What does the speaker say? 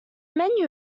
menu